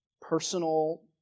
personal